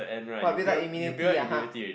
what build up immunity ah !huh!